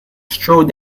strode